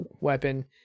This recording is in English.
weapon